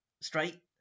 straight